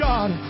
God